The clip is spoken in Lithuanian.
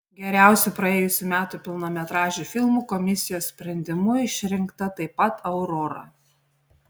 geriausiu praėjusių metų pilnametražiu filmu komisijos sprendimu išrinkta taip pat aurora